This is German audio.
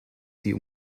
sie